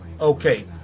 Okay